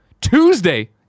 Tuesday